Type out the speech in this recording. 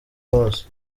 bose